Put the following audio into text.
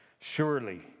Surely